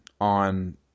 on